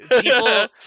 people